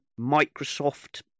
Microsoft